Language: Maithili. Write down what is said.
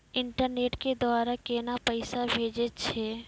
इंटरनेट के द्वारा केना पैसा भेजय छै?